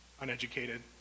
uneducated